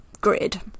grid